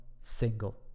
single